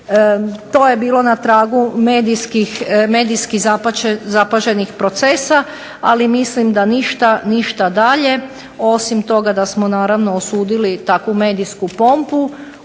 to je bilo na tragu medijskih zapaženih procesa, ali mislim da ništa dalje, osim toga da smo naravno osudili takvu medijsku pompu